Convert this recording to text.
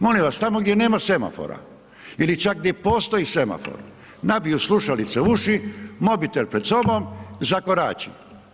Molim vas tamo gdje nema semafora ili čak gdje postoji semafor nabiju slušalice u uši, mobitel pred sobom, zakorači.